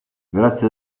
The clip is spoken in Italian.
grazie